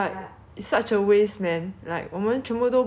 那个机票都 book liao 那个 Airbnb 也是 book liao